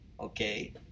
Okay